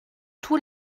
tous